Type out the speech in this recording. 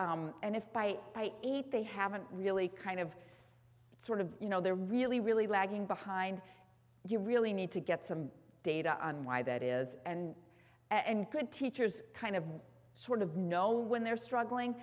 and and if by eight they haven't really kind of sort of you know they're really really lagging behind and you really need to get some data on why that is and and good teachers kind of sort of know when they're struggling